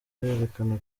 berekana